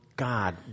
God